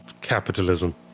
capitalism